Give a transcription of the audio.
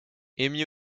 amy